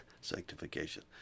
sanctification